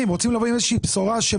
רוצים לבוא עם איזו שהיא בשורה לפיה